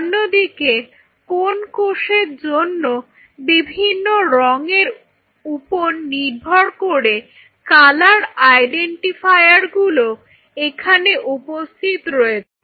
অন্যদিকে কোন্ কোষের জন্য বিভিন্ন রং এর উপর নির্ভর করে কালার আইডেন্টিফায়ারগুলো এখানে উপস্থিত রয়েছে